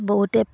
বহুতে